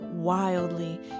wildly